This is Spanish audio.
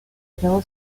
acabó